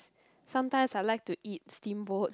sometimes I like to eat steamboat